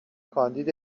کاندید